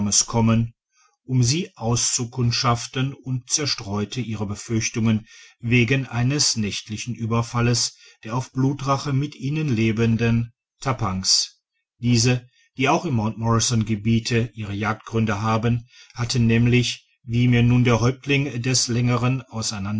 kommen um sie auszukundschaften und zerstreute ihre befürchtungen wegen eines nächtlichen ueberfalles der auf blutrache mit ihnen lebendfen tappangs diese die auch im mt morrisongebiete ihre jagdgründe haben hatten nämlich wie mir nun der häuptling des längeren